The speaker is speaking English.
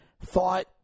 thought